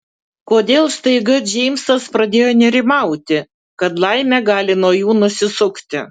kodėl staiga džeimsas pradėjo nerimauti kad laimė gali nuo jų nusisukti